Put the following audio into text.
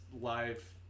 live